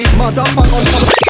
Motherfucker